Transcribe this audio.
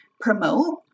promote